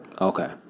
Okay